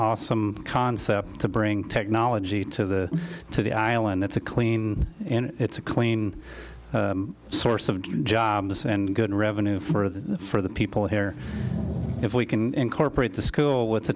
awesome concept to bring technology to the to the island it's a clean and it's a clean source of jobs and good revenue for the for the people here if we can incorporate the school with the